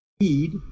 need